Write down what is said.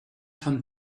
hunt